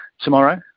tomorrow